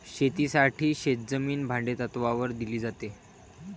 शेतीसाठी शेतजमीन भाडेतत्त्वावर दिली जाते